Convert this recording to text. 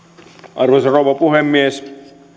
arvoisa rouva puhemies